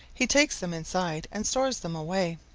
he takes them inside and stores them away.